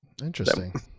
Interesting